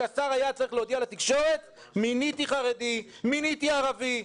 השר היה צריך להודיע לתקשורת שהוא מינה חרדי ומינה ערבי.